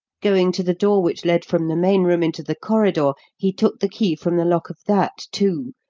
going to the door which led from the main room into the corridor, he took the key from the lock of that, too,